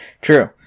True